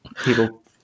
people